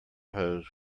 hose